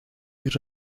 uur